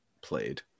played